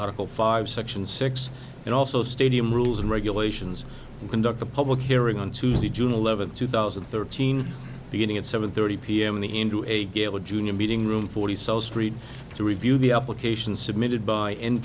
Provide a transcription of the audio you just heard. article five section six and also stadium rules and regulations and conduct a public hearing on tuesday june eleventh two thousand and thirteen beginning at seven thirty p m the into a gala junior meeting room forty so street to review the application submitted by